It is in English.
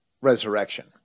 resurrection